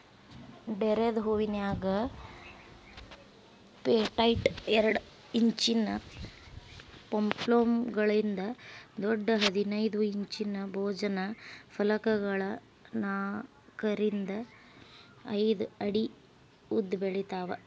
ಡೇರೆದ್ ಹೂವಿನ್ಯಾಗ ಪೆಟೈಟ್ ಎರಡ್ ಇಂಚಿನ ಪೊಂಪೊಮ್ಗಳಿಂದ ದೊಡ್ಡ ಹದಿನೈದ್ ಇಂಚಿನ ಭೋಜನ ಫಲಕಗಳ ನಾಕರಿಂದ ಐದ್ ಅಡಿ ಉದ್ದಬೆಳಿತಾವ